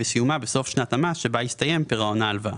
וסיומה בסוף שנת המס שבה הסתיים פירעון ההלוואה.